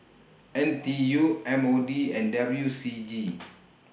N T U M O D and W C G